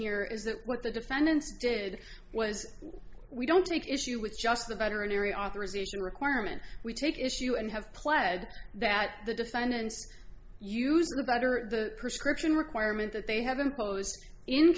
here is that what the defendants did was we don't take issue with just the veterinarian authorization requirement we take issue and have pled that the defendants used the better the per script in requirement that they have imposed in